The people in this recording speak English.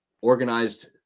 organized